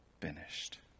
finished